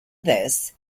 this